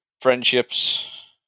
friendships